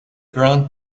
grand